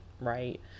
right